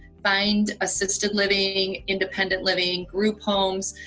find assisted living, independent living, group homes.